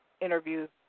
interviews